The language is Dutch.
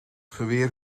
geweer